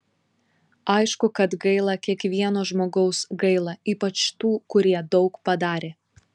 aišku kad gaila kiekvieno žmogaus gaila ypač tų kurie daug padarė